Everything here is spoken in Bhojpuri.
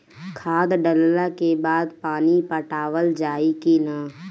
खाद डलला के बाद पानी पाटावाल जाई कि न?